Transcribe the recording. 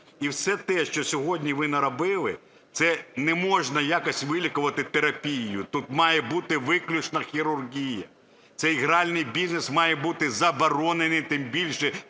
І все те, що сьогодні ви наробили, це не можна якось вилікувати терапією, тут має бути виключно хірургія. Цей гральний бізнес має бути заборонений, тим більше